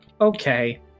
Okay